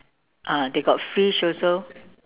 ah they got fish also